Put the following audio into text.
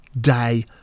day